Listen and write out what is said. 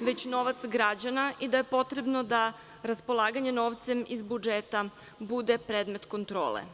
već novac građana i da je potrebno da raspolaganje novcem iz budžeta bude predmet kontrole.